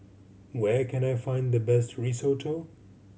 where can I find the best Risotto